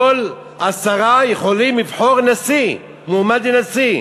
כל עשרה יכולים לבחור נשיא, מועמד לנשיא.